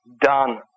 done